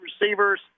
receivers